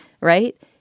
Right